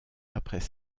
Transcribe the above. après